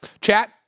Chat